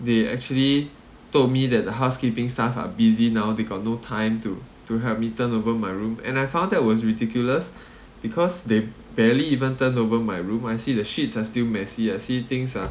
they actually told me that the housekeeping staff are busy now they got no time to to help me turnover my room and I found that was ridiculous because they barely even turnover my room I see the sheets are still messy I see things are